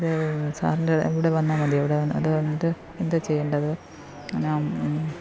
അത് സാറിൻ്റെ ഇവിടെ വന്നാൽ മതിയോ അവിടെ അത് കഴിഞ്ഞിട്ട് എന്താ ചെയ്യേണ്ടത്